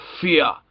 fear